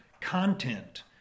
content